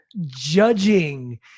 judging